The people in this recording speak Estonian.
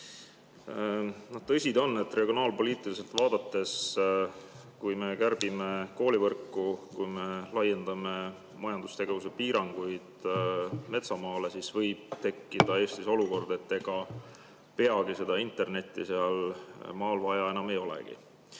Tõsi ta on, et regionaalpoliitiliselt vaadates, kui me kärbime koolivõrku, kui me laiendame majandustegevuse piiranguid metsamaale, võib Eestis tekkida olukord, kus peagi seda internetti seal maal enam vaja ei olegi.